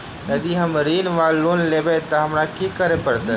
यदि हम ऋण वा लोन लेबै तऽ हमरा की करऽ पड़त?